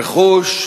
רכוש,